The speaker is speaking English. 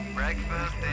Breakfast